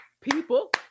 people